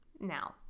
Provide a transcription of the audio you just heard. Now